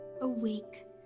awake